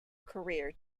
career